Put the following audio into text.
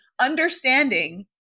understanding